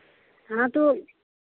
हाँ तो